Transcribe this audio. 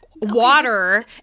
water